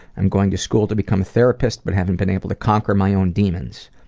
i'm going to school to become a therapist but haven't been able to conquer my own demons.